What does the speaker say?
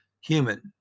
human